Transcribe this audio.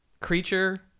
Creature